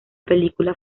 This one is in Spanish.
película